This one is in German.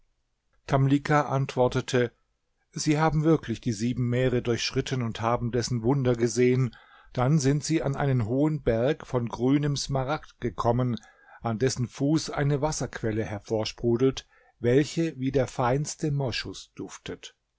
tamlicha antwortete sie haben wirklich die sieben meere durchschritten und haben dessen wunder gesehen dann sind sie an einen hohen berg von grünem smaragd gekommen an dessen fuß eine wasserquelle hervorsprudelt welche wie der feinste moschus duftet